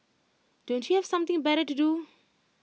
don't you have something better to do